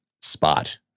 spot